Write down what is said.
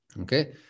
Okay